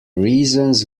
reasons